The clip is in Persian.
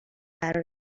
قرار